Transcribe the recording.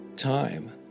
time